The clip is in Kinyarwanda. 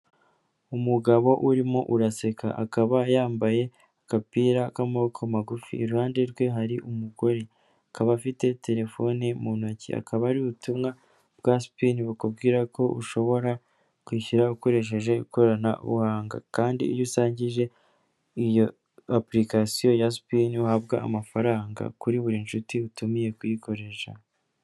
Umugabo urimo uraseka akaba yambaye agapira k'amaboko magufi iruhande rwe hari umugore, akaba afite telefoni mu ntoki hakaba hari ubutumwa bwa sipini bukubwira ko ushobora kwishyura ukoresheje ikoranabuhanga, kandi iyo usangije iyo apulikasiyo ya sipini uhabwa amafaranga kuri buri nshuti utumiye kuyikoresha.